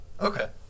Okay